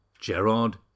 Gerard